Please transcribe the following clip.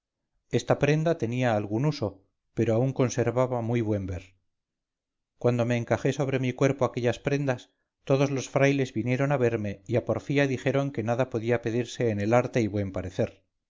esta prenda tenía algún uso pero aún conservaba muy buen ver cuando me encajé sobre mi cuerpo aquellas prendas todos los frailes vinieron a verme y a porfía dijeron que nada podía pedirse en el arte y buen parecer